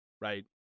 right